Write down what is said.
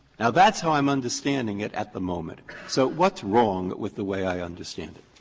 now, that's how i'm understanding it at the moment. so what's wrong with the way i understand it?